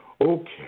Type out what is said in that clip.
Okay